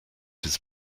his